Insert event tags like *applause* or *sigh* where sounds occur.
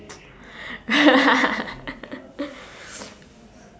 *laughs*